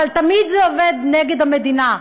אבל תמיד זה עובד נגד המדינה,